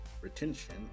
retention